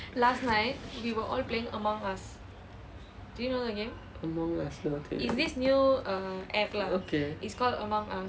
among us no okay